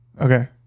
Okay